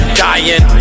dying